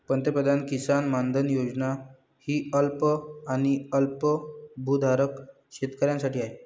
पंतप्रधान किसान मानधन योजना ही अल्प आणि अल्पभूधारक शेतकऱ्यांसाठी आहे